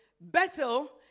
Bethel